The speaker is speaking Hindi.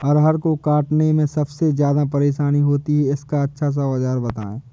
अरहर को काटने में सबसे ज्यादा परेशानी होती है इसका अच्छा सा औजार बताएं?